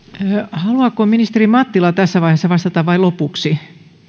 haluaako ministeri mattila tässä vaiheessa vastata vai lopuksi